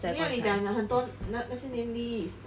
没有你讲你讲很多那些 name list